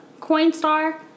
Coinstar